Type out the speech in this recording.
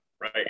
Right